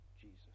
Jesus